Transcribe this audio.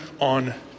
on